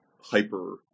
hyper